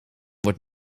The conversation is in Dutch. wordt